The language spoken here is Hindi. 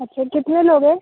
अच्छा कितने लोग हैं